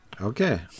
okay